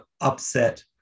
upset